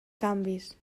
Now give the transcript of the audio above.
canvis